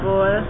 Boy